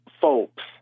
folks